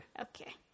Okay